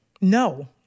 No